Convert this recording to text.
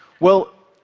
well,